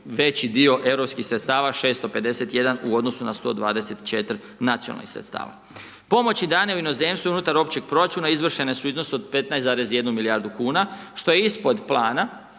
veći dio europskih sredstava 651 u odnosu na 124 nacionalnih sredstava. Pomoći dane u inozemstvu unutar općeg proračuna izvršene su u iznosu od 15,1 milijardu kuna što je ispod plana